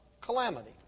calamity